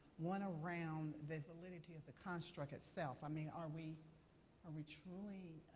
one around the validity of the construct itself. i mean, are we are we truly